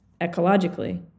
ecologically